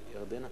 כבוד היושב-ראש,